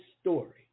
story